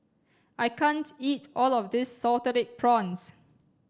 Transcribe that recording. I can't eat all of this salted prawns